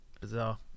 bizarre